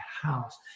house